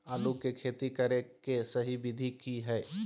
आलू के खेती करें के सही विधि की हय?